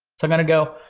i'm gonna go,